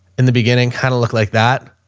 in the beginning kind of looked like that.